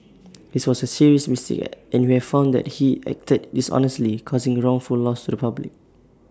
this was A serious mistake and we have found that he acted dishonestly causing wrongful loss to the public